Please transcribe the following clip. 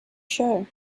show